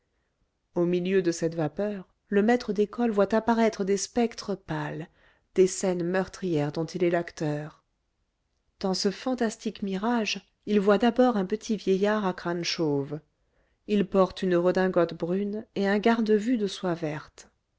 au milieu de cette vapeur le maître d'école voit apparaître des spectres pâles des scènes meurtrières dont il est l'acteur dans ce fantastique mirage il voit d'abord un petit vieillard à crâne chauve il porte une redingote brune et un garde-vue de soie verte